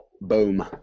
Boom